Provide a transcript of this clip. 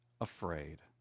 afraid